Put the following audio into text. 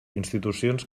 institucions